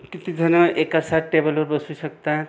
कितीजण एकसाथ टेबलवर बसू शकतात